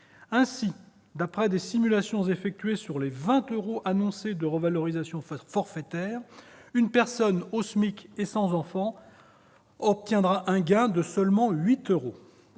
Ainsi, d'après des simulations effectuées, sur les 20 euros de revalorisation forfaitaire annoncés, une personne au SMIC et sans enfant bénéficierait d'un gain de seulement 8 euros